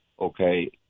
Okay